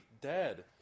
dead